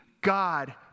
God